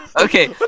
okay